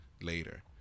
later